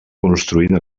construint